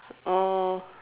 oh